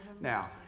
Now